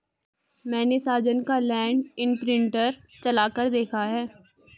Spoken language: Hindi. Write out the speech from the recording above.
मैने साजन का लैंड इंप्रिंटर चलाकर देखा है